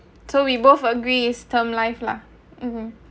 so we both agrees term life lah mmhmm